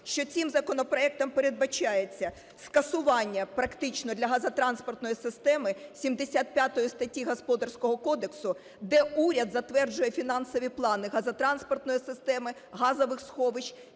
що цим законопроектом передбачається скасування практично для газотранспортної системи 75 статті Господарського кодексу, де уряд затверджує фінансові плани газотранспортної системи, газових сховищ